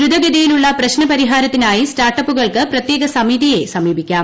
ദ്രുത്ഗതിയിലുള്ള പ്രശ്നപരിഹാരത്തിനായി സ്റ്റർട്ടപ്പുകൾക്ക് പ്രത്യേക സമിതിയെ സമീപിക്കാം